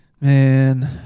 Man